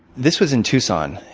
this was in tucson.